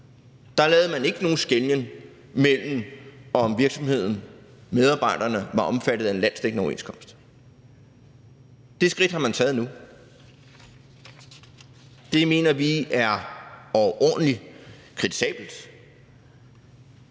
lavede man ikke nogen skelnen mellem, om virksomheden – medarbejderne – var omfattet af en landsdækkende overenskomst eller ej. Det skridt har man taget nu. Det mener vi er overordentlig kritisabelt;